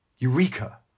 Eureka